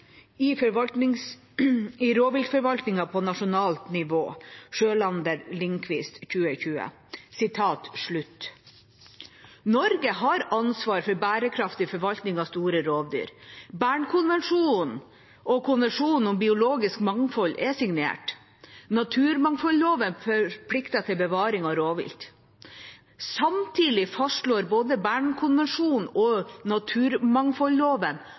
i rovviltforvaltningen på nasjonalt nivå.» Norge har ansvar for en bærekraftig forvaltning av store rovdyr. Bernkonvensjonen og konvensjonen om biologisk mangfold er signert. Naturmangfoldloven forplikter til bevaring av rovvilt. Samtidig fastslår både Bernkonvensjonen og naturmangfoldloven